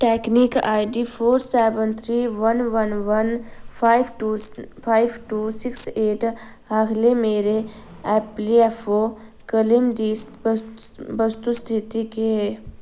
technique ID four seven three one one one five two six eight आह्ले मेरे EPFO claim दी वस्तु स्थिति केह् ए